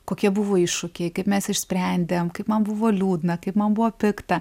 kokie buvo iššūkiai kaip mes išsprendėm kaip man buvo liūdna kaip man buvo pikta